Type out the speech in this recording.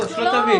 לא, שלא תבין.